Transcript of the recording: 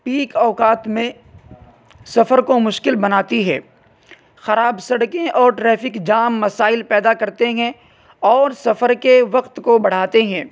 pack اوقات میں سفر کو مشکل بناتی ہے خراب سڑکیں اور ٹریفک جام مسائل پیدا کرتے ہیں اور سفر کے وقت کو بڑھاتے ہیں